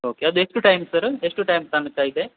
okay ಅದು ಎಷ್ಟು time sir ಎಷ್ಟು ಟೈಮ್ ತನಕ ಇದೆ